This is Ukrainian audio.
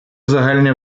загальні